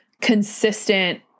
consistent